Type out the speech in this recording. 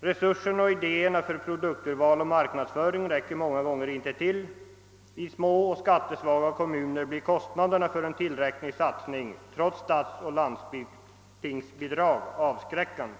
Resurserna och idéerna för produkturval och marknadsföring räcker många gånger inte tilll I små och skattesvaga kommuner blir kostnaderna för en tillräcklig satsning, trots statsoch landstingsbidrag, avskräckande.